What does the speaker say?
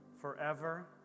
forever